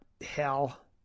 hell